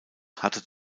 hatte